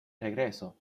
regreso